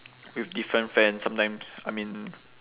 with different friends sometimes I mean